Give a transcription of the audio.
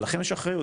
ולכם יש אחריות.